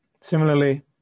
Similarly